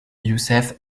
youssef